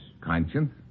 Conscience